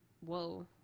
Whoa